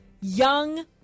Young